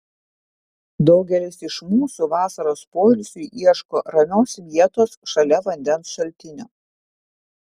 daugelis iš mūsų vasaros poilsiui ieško ramios vietos šalia vandens šaltinio